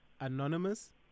Anonymous